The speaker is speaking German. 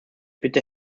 bitte